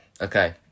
Okay